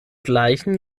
gleichen